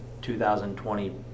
2020